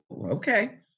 okay